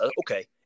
okay